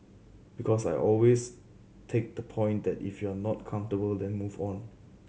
because I always take the point that if you're not comfortable then move on